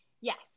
yes